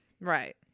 right